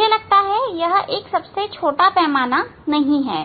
मुझे लगता है कि यह एक सबसे छोटा पैमाना नहीं है